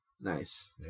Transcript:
Nice